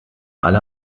alle